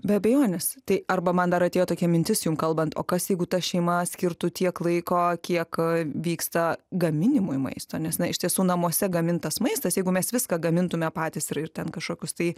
be abejonės tai arba man dar atėjo tokia mintis jum kalbant o kas jeigu ta šeima skirtų tiek laiko kiek vyksta gaminimui maisto nes na iš tiesų namuose gamintas maistas jeigu mes viską gamintume patys ir ir ten kažkokius tai